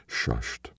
shushed